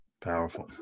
Powerful